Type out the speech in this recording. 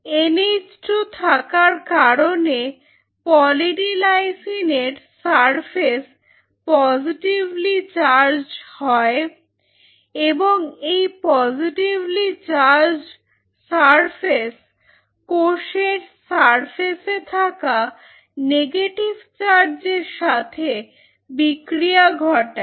NH2 থাকার কারণে পলি ডি লাইসিনের সারফেস পজেটিভলি চার্জড্ হয় এবং এই পজিটিভলি চার্জড্ সারফেস কোষের সারফেসে থাকা নেগেটিভ চার্জের সাথে বিক্রিয়া ঘটায়